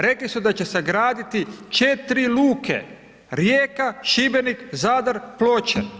Rekli su da će sagraditi 4 luke, Rijeka, Šibenik, Zadar, Ploče.